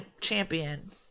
champion